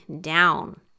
down